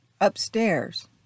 upstairs